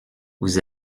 vous